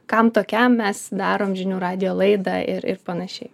kam tokiam mes darom žinių radijo laidą ir ir panašiai